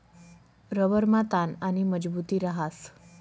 रबरमा ताण आणि मजबुती रहास